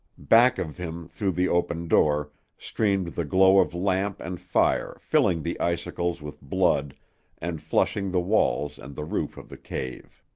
back of him through the open door streamed the glow of lamp and fire filling the icicles with blood and flushing the walls and the roof of the cave.